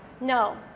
no